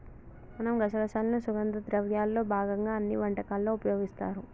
మనం గసగసాలను సుగంధ ద్రవ్యాల్లో భాగంగా అన్ని వంటకాలలో ఉపయోగిస్తారు